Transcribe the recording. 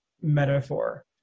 metaphor